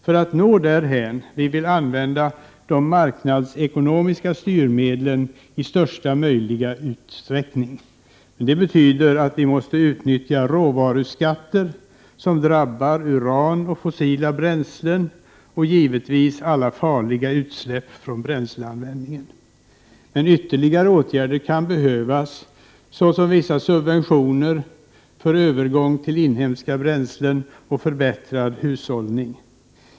För att nå därhän vill vi använda de marknadsekonomiska styrmedlen i största möjliga utsträckning. Det betyder att vi måste utnyttja energiråvaruskatter som drabbar uran och fossila bränslen och givetvis alla farliga utsläpp från bränsleanvändningen. Men ytterligare åtgärder kan behövas, såsom vissa subventioner för övergång till inhemska bränslen och förbättrad energihushållning.